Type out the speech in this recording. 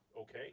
okay